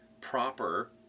proper